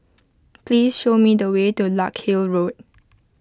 please show me the way to Larkhill Road